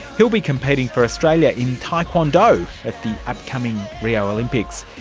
he'll be competing for australia in taekwondo at the upcoming rio olympics.